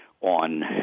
on